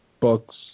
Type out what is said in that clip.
books